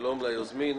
שלום ליוזמים,